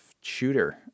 shooter